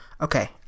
Okay